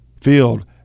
Field